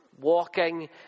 walking